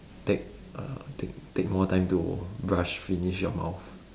take uh take take more time to brush finish your mouth